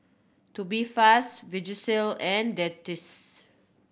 Tubifast Vagisil and